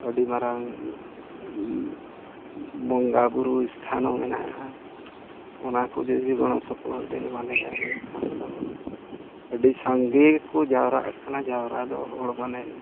ᱟᱹᱰᱤ ᱢᱟᱨᱟᱝ ᱵᱚᱸᱜᱟ ᱵᱳᱨᱳ ᱥᱛᱷᱟᱱ ᱦᱚᱸ ᱢᱮᱱᱟᱜᱼᱟ ᱚᱱᱟ ᱠᱚ ᱡᱩᱫᱤ ᱜᱚᱲᱚ ᱥᱚᱯᱚᱦᱚᱫ ᱮ ᱮᱢᱟ ᱞᱮᱭᱟ ᱮᱱᱠᱷᱟᱱ ᱫᱚ ᱟᱹᱰᱤ ᱥᱟᱸᱜᱮ ᱠᱚ ᱡᱟᱣᱨᱟᱜ ᱠᱟᱱᱟ ᱡᱟᱣᱨᱟ ᱫᱚ ᱦᱚᱲ ᱢᱟᱱᱮ